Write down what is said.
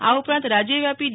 આઉપરાંત રાજ્યવ્યાપી ડી